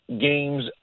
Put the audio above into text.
games